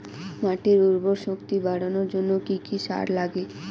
মাটির উর্বর শক্তি বাড়ানোর জন্য কি কি সার লাগে?